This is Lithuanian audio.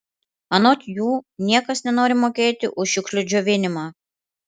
anot jų niekas nenori mokėti už šiukšlių džiovinimą